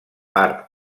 part